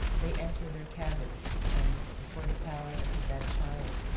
they entered their cabin and, before the pallet of the dead child,